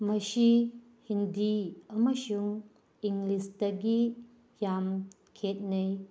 ꯃꯁꯤ ꯍꯤꯟꯗꯤ ꯑꯃꯁꯨꯡ ꯏꯪꯂꯤꯁꯇꯒꯤ ꯌꯥꯝ ꯈꯦꯅꯩ